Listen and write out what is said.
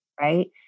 right